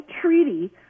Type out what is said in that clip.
treaty